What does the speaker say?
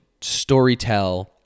storytell